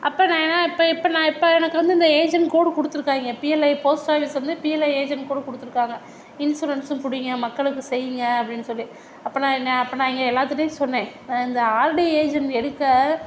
அப்போ நான் என்ன நினப்பேன் இப்போ இப்போ நான் இப்போ எனக்கு வந்து இந்த ஏஜென்ட் கோட் கொடுத்துருங்காங்கே பிஎல்ஐ போஸ்ட் ஆஃபீஸ் வந்து பிஎல்ஐ ஏஜென்ட் கோட் கொடுத்துருக்காங்க இன்சூரன்ஸும் பிடிங்க மக்களுக்கு செய்ங்க அப்படின்னு சொல்லி அப்போ நான் என்ன அப்போ நான் இங்கே எல்லாத்துட்டுயும் சொன்ன இந்த ஆர்டி ஏஜென்ட் எடுக்க